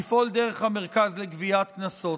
לפעול דרך המרכז לגביית קנסות.